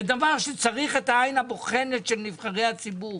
זה דבר שצריך את העין הבוחנת של נבחרי הציבור.